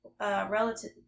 Relative